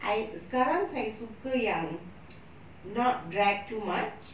I sekarang saya suka yang not drag too much